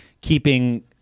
keeping